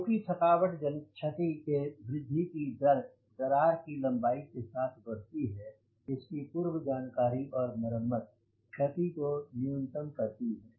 चूँकि थकावट जनित क्षति के वृद्धि की दर दरार की लम्बाई के साथ साथ बढ़ती है इसकी पूर्व जानकारी और मरम्मत क्षति को न्यूनतम करती है